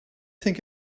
think